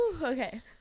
Okay